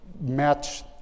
match